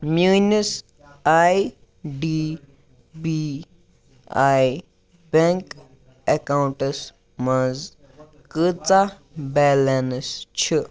میٲنِس I D B I bank accounts منٛز کۭژاہ بیلنس چھِ